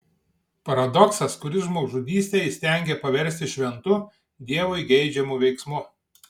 paradoksas kuris žmogžudystę įstengia paversti šventu dievui geidžiamu veiksmu